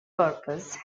purpose